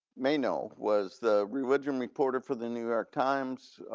may know was the religion reporter for the new york times.